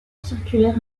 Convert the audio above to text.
circulaire